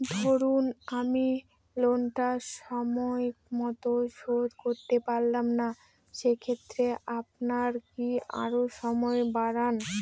ধরুন আমি লোনটা সময় মত শোধ করতে পারলাম না সেক্ষেত্রে আপনার কি আরো সময় বাড়ান?